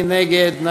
מי נגד?